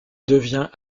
devient